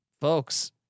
folks